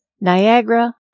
Niagara